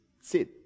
sit